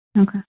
Okay